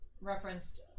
referenced